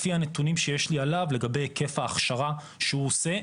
לפי הנתונים שיש לי עליו לגבי היקף ההכשרה שהוא עושה,